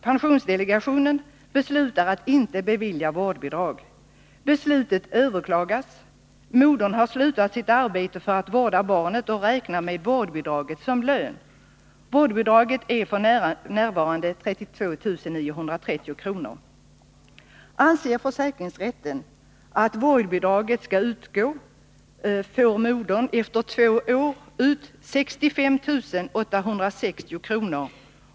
Pensionsdelegationen beslutar att inte bevilja vårdbidrag. Beslutet överklagas. Modern har slutat sitt arbete för att vårda barnet och räknar med vårdbidraget som lön. Vårdbidraget är f.n. 32930 kr. per år. Anser försäkringsrätten att vårdbidrag skall utgå får modern efter två år ut 65 860 kr.